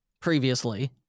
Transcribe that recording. previously